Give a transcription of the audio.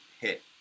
hit